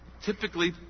typically